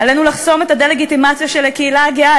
עלינו לחסום את הדה-לגיטימציה של הקהילה הגאה,